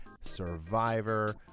Survivor